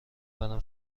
برم